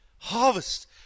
harvest